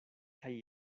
kaj